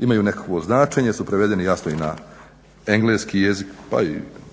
imaju nekakvo značenje su prevedeni jasno i na engleski jezik pa